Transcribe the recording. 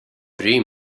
bryr